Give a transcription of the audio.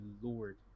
Lord